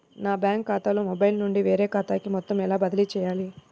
నా బ్యాంక్ ఖాతాలో మొబైల్ నుండి వేరే ఖాతాకి మొత్తం ఎలా బదిలీ చేయాలి?